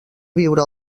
viure